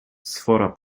sfora